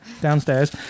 downstairs